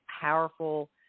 powerful